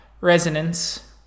resonance